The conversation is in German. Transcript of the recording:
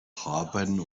haben